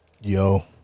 Yo